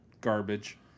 garbage